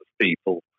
people